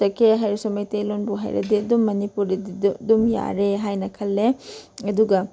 ꯆꯠꯀꯦ ꯍꯥꯏꯔꯁꯨ ꯃꯩꯇꯩꯂꯣꯟꯕꯨ ꯍꯩꯔꯗꯤ ꯑꯗꯨꯝ ꯃꯅꯤꯄꯨꯔꯗꯗꯤ ꯑꯗꯨꯝ ꯌꯥꯔꯦ ꯍꯥꯏꯅ ꯈꯜꯂꯦ ꯑꯗꯨꯒ